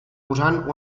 usant